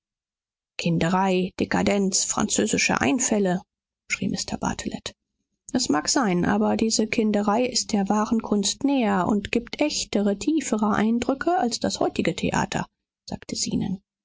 kinderei dekadenz französische einfälle schrie mr bartelet es mag sein aber diese kinderei ist der wahren kunst näher und gibt echtere tiefere eindrücke als das heutige theater sagte zenon